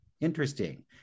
Interesting